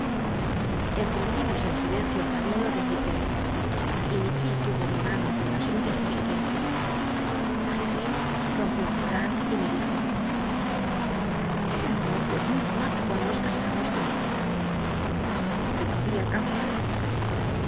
emprendimos en silencio el camino de llighgalc y mi tia tmo mi mano entre las suyas mucho tiempo al on j ompió á llorar y me dijo ra un hombre muy guapo cuando nos casamos trot cómo babia cambiado